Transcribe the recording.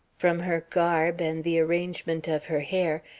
from her garb and the arrangement of her hair,